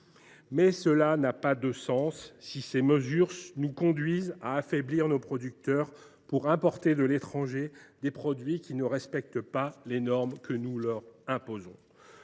que cela n’a pas de sens si ces mesures nous conduisent à affaiblir nos producteurs et à importer des produits qui ne respectent pas les normes que nous leur imposons.